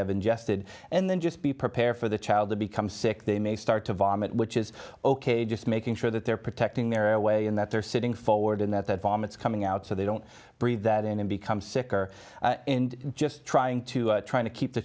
have ingested and then just be prepared for the child to become sick they may start to vomit which is ok just making sure that they're protecting their airway and that they're sitting forward in that that form it's coming out so they don't breathe that in and become sick or just trying to trying to keep the